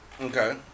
Okay